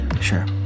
Sure